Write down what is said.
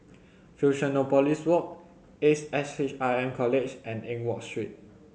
Fusionopolis Walk Ace S H R M College and Eng Watt Street